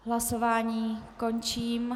Hlasování končí.